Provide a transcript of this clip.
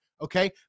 okay